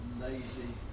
lazy